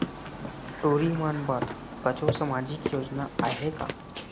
टूरी बन बर कछु सामाजिक योजना आहे का?